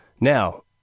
Now